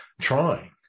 trying